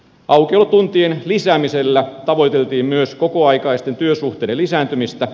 aukiolotuntien lisäämisellä tavoiteltiin myös kokoaikaisten työsuhteiden lisääntymistä